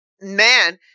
man